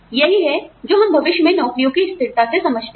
यही है जो हम भविष्य में नौकरी की स्थिरता से समझते हैं